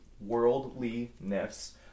worldliness